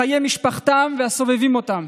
בחיי משפחתם והסובבים אותם.